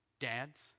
dads